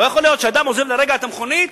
לא יכול להיות שאדם עוזב לרגע את המכונית,